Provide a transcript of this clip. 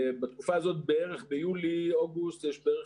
בתקופה הזאת בערך ביולי-אוגוסט יש בערך